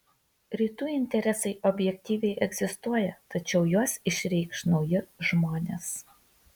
rytų interesai objektyviai egzistuoja tačiau juos išreikš nauji žmonės